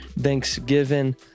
Thanksgiving